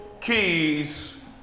keys